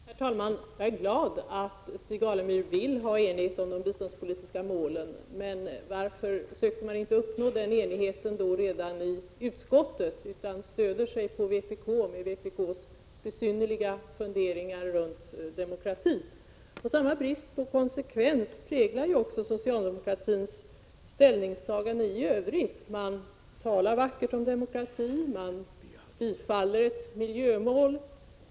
Herr talman! Jag är glad att Stig Alemyr vill ha enighet om de biståndspolitiska målen. Men varför sökte då inte socialdemokraterna uppnå den enigheten redan i utskottet utan stöder sig på vpk med dess besynnerliga funderingar runt demokratibegreppet. Samma brist på konsekvens präglar också socialdemokratins ställningstaganden i övrigt. Man talar vackert om demokratin, och man tillstyrker förslaget om ett miljömål.